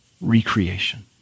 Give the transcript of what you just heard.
recreation